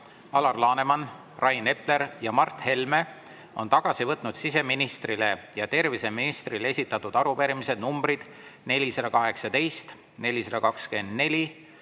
Alar Laneman, Rain Epler ja Mart Helme on tagasi võtnud siseministrile ja terviseministrile esitatud arupärimised nr 418, 424,